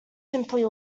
simply